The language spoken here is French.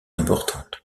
importante